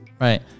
right